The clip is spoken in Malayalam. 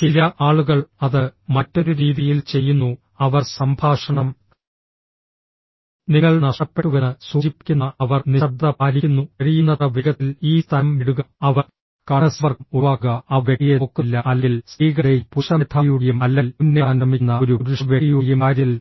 ചില ആളുകൾ അത് മറ്റൊരു രീതിയിൽ ചെയ്യുന്നു അവർ സംഭാഷണം നിങ്ങൾ നഷ്ടപ്പെട്ടുവെന്ന് സൂചിപ്പിക്കുന്ന അവർ നിശബ്ദത പാലിക്കുന്നു കഴിയുന്നത്ര വേഗത്തിൽ ഈ സ്ഥലം വിടുക അവർ കണ്ണ് സമ്പർക്കം ഒഴിവാക്കുക അവർ വ്യക്തിയെ നോക്കുന്നില്ല അല്ലെങ്കിൽ സ്ത്രീകളുടെയും പുരുഷ മേധാവിയുടെയും അല്ലെങ്കിൽ മുന്നേറാൻ ശ്രമിക്കുന്ന ഒരു പുരുഷ വ്യക്തിയുടെയും കാര്യത്തിൽ